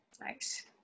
Nice